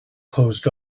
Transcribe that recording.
closed